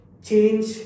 Change